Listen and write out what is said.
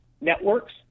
networks